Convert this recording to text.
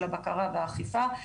של הבקרה באכיפה,